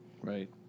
Right